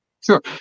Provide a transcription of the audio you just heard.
Sure